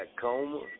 Coma